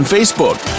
Facebook